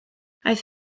aeth